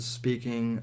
speaking